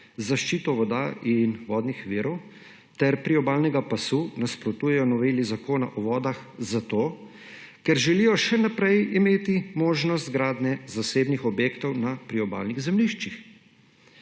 zaščite voda in vodnih virov ter priobalnega pasu nasprotujejo noveli Zakona o vodah zato, ker želijo še naprej imeti možnost gradnje zasebnih objektov na priobalnih zemljiščih,